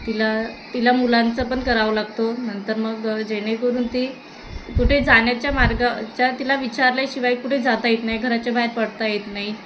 तिला तिला मुलांचा पण करावं लागतो नंतर मग जेणेकरून ती कुठे जाण्याच्या मार्गाच्या तिला विचारल्याशिवाय कुठे जाता येत नाही घराच्या बाहेर पडता येत नाही